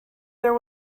there